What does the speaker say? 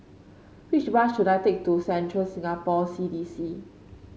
which bus should I take to Central Singapore C D C